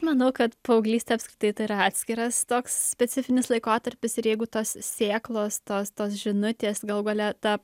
manau kad paauglystė apskritai tai yra atskiras toks specifinis laikotarpis ir jeigu tos sėklos tos tos žinutės galų gale ta